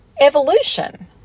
evolution